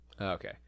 Okay